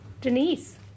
Denise